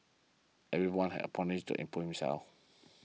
everyone have opportunities to improve himself